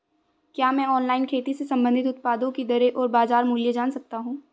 क्या मैं ऑनलाइन खेती से संबंधित उत्पादों की दरें और बाज़ार मूल्य जान सकता हूँ?